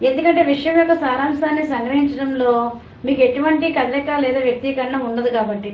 ఎందుకంటే విషయం యొక్క సారాంశాన్ని సంగ్రహించడంలో మీకు ఎటువంటి కదలిక లేదా వ్యక్తికరణ ఉండదు కాబట్టి